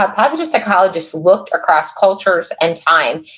but positive psychologists looked across cultures and time,